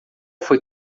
foi